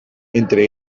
entre